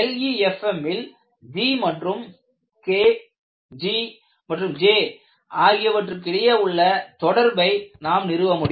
LEFM ல் G மற்றும் K G மற்றும் J ஆகியவற்றுக்கு இடையே உள்ள தொடர்பை நாம் நிறுவ முடியும்